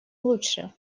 лучше